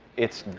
it's